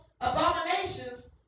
abominations